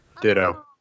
Ditto